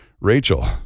Rachel